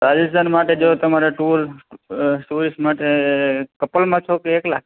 રાજસ્થાન માટે જો તમારે ટૂર કપલમાં છે કે એકલા